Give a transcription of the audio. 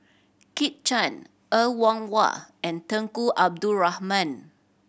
Kit Chan Er Wong Wah and Tunku Abdul Rahman